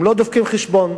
הם לא דופקים חשבון,